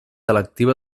electiva